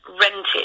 rented